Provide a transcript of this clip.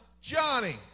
Johnny